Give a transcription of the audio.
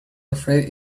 afraid